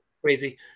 crazy